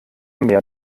mehr